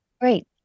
Great